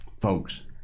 Folks